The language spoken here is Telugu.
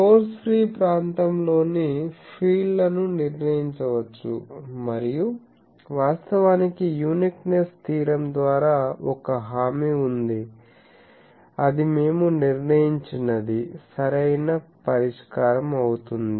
సోర్స్ ఫ్రీ ప్రాంతంలోని ఫీల్డ్ లను నిర్ణయించవచ్చు మరియు వాస్తవానికి యూనిక్నెస్ థీరం ద్వారా ఒక హామీ ఉంది అది మేము నిర్ణయించినది సరైన పరిష్కారం అవుతుంది